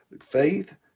faith